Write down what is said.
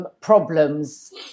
problems